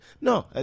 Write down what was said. No